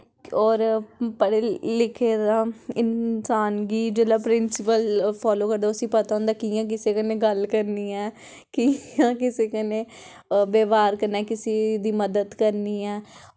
होर पढ़े लिखे दा इंसान गी जिसलै प्रिंसिपल फालो करदा उस्सी पता होंदा कि'यां कुसै कन्नै गल्ल करनी ऐं कि'यां कुसै कन्नै ब्याहार कन्नै किसे दी मदद करनी ऐ